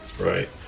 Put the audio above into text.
Right